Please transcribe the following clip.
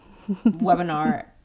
webinar